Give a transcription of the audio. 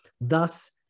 thus